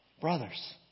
brothers